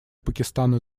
пакистана